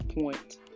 point